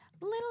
Little